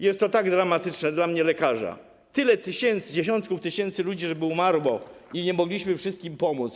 Jest to tak dramatyczne dla mnie, lekarza: tyle tysięcy, dziesiątków tysięcy ludzi umarło i nie mogliśmy wszystkim pomóc.